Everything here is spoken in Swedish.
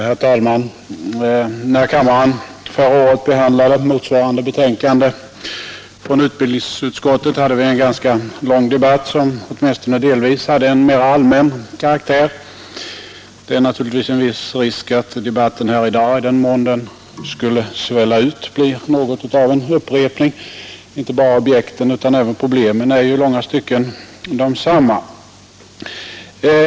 Herr talman! När kammaren förra året behandlade motsvarande betänkande från utbildningsutskottet hade vi en ganska lång debatt, som åtminstone delvis hade en mera allmän karaktär. Det är naturligtvis en viss risk att debatten här i dag — i den mån den skulle svälla ut — blir något av en upprepning. Inte bara objekten utan även problemen är ju i långa stycken desamma.